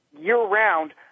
year-round